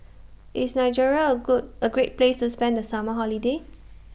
IS Nigeria A Good A Great Place to spend The Summer Holiday